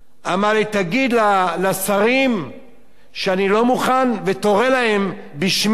אמר לי: תגיד לשרים שאני לא מוכן ותורה להם בשמי.